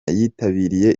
yitabiriye